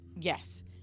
yes